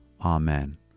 Amen